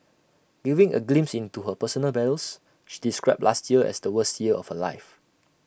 giving A glimpse into her personal battles she described last year as the worst year of her life